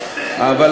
ארוך,